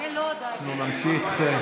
יש לנו